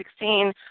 2016